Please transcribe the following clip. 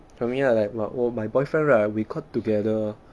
for me I like my oh my boyfriend right we got together